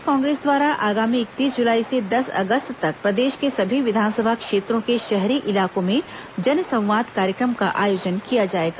प्रदेश कांग्रेस द्वारा आगामी इकतीस जुलाई से दस अगस्त तक प्रदेश के सभी विधानसभा क्षेत्रों के शहरी इलाकों में जनसंवाद कार्यक्रम का आयोजन किया जाएगा